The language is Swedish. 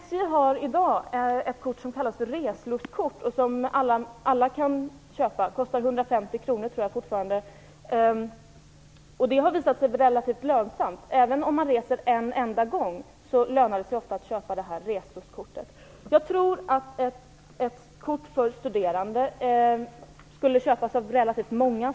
SJ har i dag ett kort som kallas för reslustkort som alla kan köpa. Jag tror att det fortfarande kostar 150 kronor. Det har visat sig vara relativt lönsamt. Även om man reser en enda gång lönar det sig ofta att köpa det här reslustkortet. Jag tror att ett kort för studerande skulle köpas av relativt många.